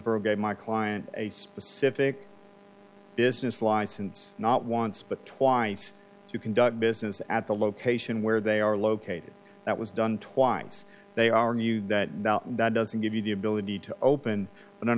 gave my client a specific business license not once but twice to conduct business at the location where they are located that was done twice they are new that doesn't give you the ability to open a none